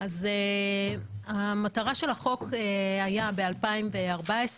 המטרה של החוק ב-2014,